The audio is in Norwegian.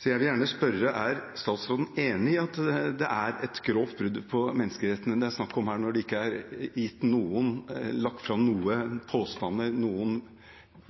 Jeg vil gjerne spørre: Er utenriksministeren enig i at det et grovt brudd på menneskerettighetene det er snakk om her, når det ikke er lagt fram noen påstander, noen